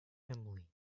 emily